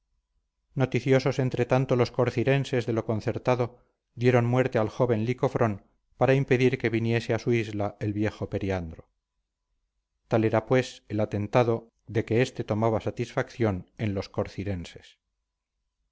noticiosos entretanto los corcirenses de lo concertado dieron muerte al joven licofrón para impedir que viniese a su isla el viejo periandro tal era pues el atentado de que este tomaba satisfacción en los